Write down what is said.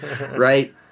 right